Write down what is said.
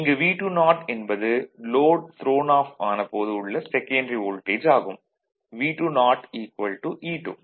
இங்கு V20 என்பது load thrown off ஆனபோது உள்ள செகன்டரி வோல்டேஜ் ஆகும் V20 E2